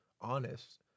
honest